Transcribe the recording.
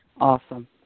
Awesome